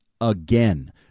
again